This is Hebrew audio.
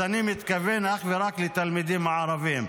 אז אני מתכוון אך ורק לתלמידים הערבים.